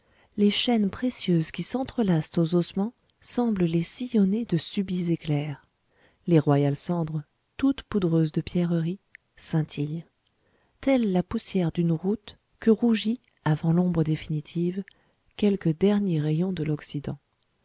les chaînes précieuses qui s'entrelacent aux ossements semblent les sillonner de subits éclairs les royales cendres toutes poudreuses de pierreries scintillent telle la poussière d'une route que rougit avant l'ombre définitive quelque dernier rayon de l'occident